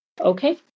Okay